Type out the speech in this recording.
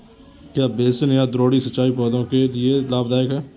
क्या बेसिन या द्रोणी सिंचाई पौधों के लिए लाभदायक है?